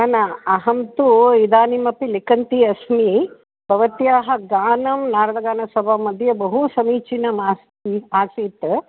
न न अहं तु इदानीमपि लिखन्ती अस्मि भवत्याः गानं नार्गगान सभामध्ये बहु समीचीनम् अस्ति आसीत्